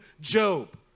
Job